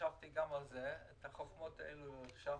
חשבתי גם על זה, על החוכמות האלה חשבתי.